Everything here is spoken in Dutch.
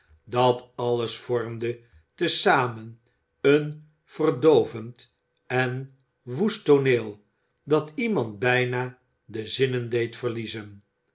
dat alles vormde te zamen een verdoovend en woest tooneel dat iemand bijna de zinnen deed verliezen